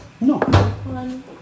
No